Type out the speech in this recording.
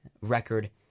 record